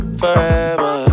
forever